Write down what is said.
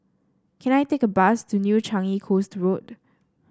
can I take a bus to New Changi Coast Road